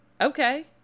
Okay